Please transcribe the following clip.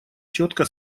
четко